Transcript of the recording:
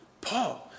Paul